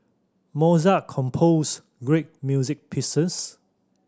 Mozart composed great music pieces